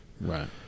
Right